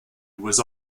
was